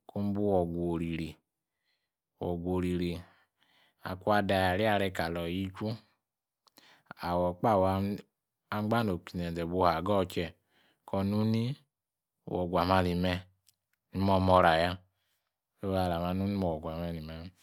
Kuun bi wogwa oriri, wogwa oriri, akun a'diare ariare kaloor ni yi chuu, awor kpa waa an gba li'oiu inzeze buu hagoor kiye koor nu niyi wogwa' me' imomora' ya. Oru arami ana niwo gwa me' ni me' me'.